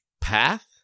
path